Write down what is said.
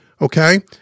Okay